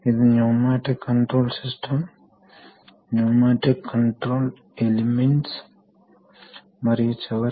ఇప్పుడు మనం కొన్ని వాల్వ్ లను చూడబోతున్నాం అక్కడ ప్రవాహం లేదా ప్రెషర్ని నిరంతరాయంగా లేదా ఒక స్టెప్ లెస్ పద్ధతిలో నియంత్రించవచ్చు